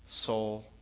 soul